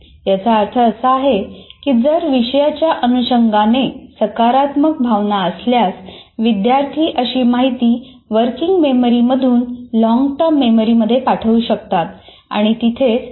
याचा अर्थ असा की जर विषयाच्या अनुषंगाने सकारात्मक भावना असल्यास विद्यार्थी अशी माहिती वर्किंग मेमरी मधून लॉंग टर्म मेमरी मध्ये पाठवू शकतात आणि तिथेच साठवू शकतात